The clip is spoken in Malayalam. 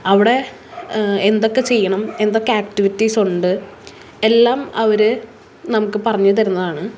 അവിടെ എന്തൊക്കെ ചെയ്യണം എന്തൊക്കെ ആക്റ്റിവിറ്റീസ് ഉണ്ട് എല്ലാം അവർ നമുക്ക് പറഞ്ഞ് തരുന്നതാണ്